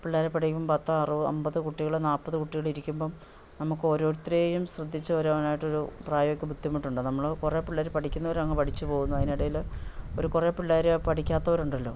പിള്ളേർ പഠിക്കുമ്പോൾ പത്തറ് അമ്പത് കുട്ടികൾ നാൽപ്പത് കുട്ടികൾ ഇരിക്കുമ്പം നമുക്ക് ഓരോരുത്തരെയും ശ്രദ്ധിച്ചു ഓരോന്നായിട്ട് ഒരു പ്രായോഗിക ബുദ്ധിമുട്ടുണ്ട് നമ്മൾ കുറേ പിള്ളേർ പഠിക്കുന്നവർ അങ്ങ് പഠിച്ചു പോകുന്നു അതിന് ഇടയിൽ ഒരു കുറേ പിള്ളേർ പഠിക്കാത്തവരുണ്ടല്ലോ